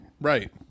Right